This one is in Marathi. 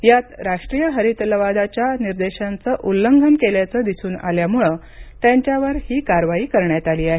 यात राष्ट्रीय हरित लवादाच्या निर्देशांचे उल्लंघन केल्याचे दिसून आल्यामुळं त्यांच्यावर ही कारवाई करण्यात आली आहे